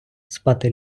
спати